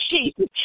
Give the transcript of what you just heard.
Jesus